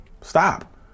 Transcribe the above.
stop